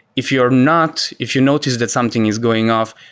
if you're not, if you notice that something is going off,